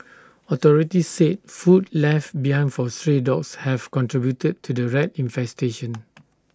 authorities said food left behind for stray dogs have contributed to the rat infestation